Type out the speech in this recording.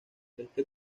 este